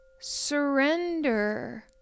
Surrender